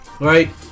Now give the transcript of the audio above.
right